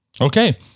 Okay